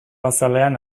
azalean